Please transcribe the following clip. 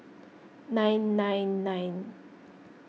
nine nine nine